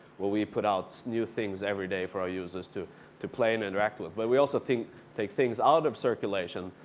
where we put out new things every day for our users to to play and interact with. but we also take things out of circulation,